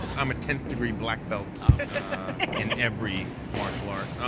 i'm a tenth degree black belt in every martial art.